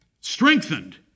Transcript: strengthened